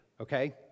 Okay